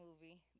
movie